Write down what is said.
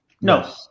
No